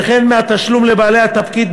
וכן מהתשלום לבעלי התפקיד,